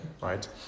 right